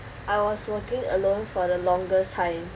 I was working alone for the longest time